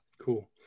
Cool